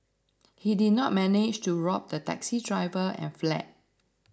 he did not manage to rob the taxi driver and fled